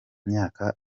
myaka